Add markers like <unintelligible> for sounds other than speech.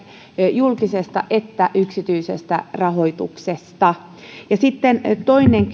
julkisesta että yksityisestä rahoituksesta ja sitten toinen <unintelligible>